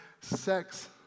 sex